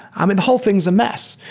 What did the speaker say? i mean, whole thing's a mess.